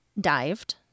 dived